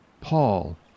Paul